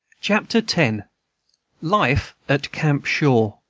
chapter ten life at camp shaw